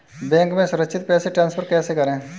Bank से सुरक्षित पैसे ट्रांसफर कैसे करें?